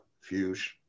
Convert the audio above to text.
fuse